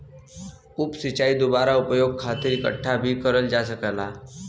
उप सिंचाई दुबारा उपयोग खातिर इकठ्ठा भी करल जा सकेला